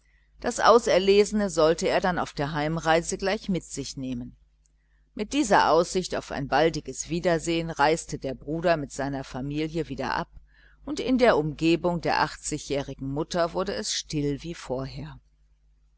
das auserlesene sollte er dann auf der heimreise gleich mit sich nehmen mit dieser aussicht auf ein baldiges wiedersehen reiste der bruder mit seiner familie wieder ab und in der umgebung der achtzigjährigen mutter wurde es still wie vorher